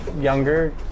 younger